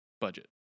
budget